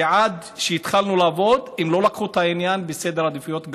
שעד שהתחלנו לעבוד הם לא שמו את העניין במקום גבוה בסדר העדיפויות.